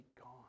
gone